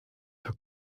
für